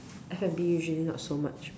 F_N_B usually not so much mm